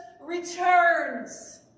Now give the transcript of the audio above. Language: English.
returns